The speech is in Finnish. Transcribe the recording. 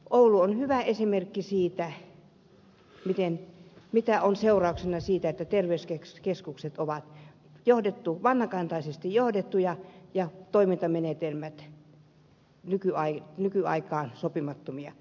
oulu on hyvä esimerkki siitä mitä on seurauksena siitä että terveyskeskukset ovat vanhakantaisesti johdettuja ja niiden toimintamenetelmät nykyaikaan sopimattomia